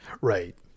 Right